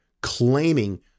claiming